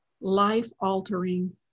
life-altering